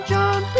John